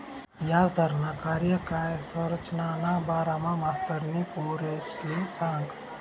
याजदरना कार्यकाय संरचनाना बारामा मास्तरनी पोरेसले सांगं